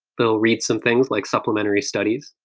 they'll read some things, like supplementary studies.